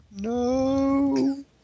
No